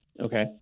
Okay